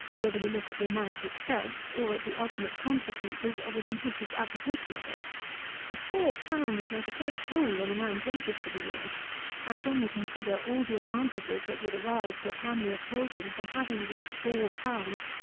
whether we look at the amount itself, or at the ultimate consequences of a judicious application of it for four pounds make a great hole in a man's wages for the year and when we consider all the advantages that would arise to a family of children from having these four pounds,